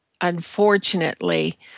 Unfortunately